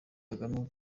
kagame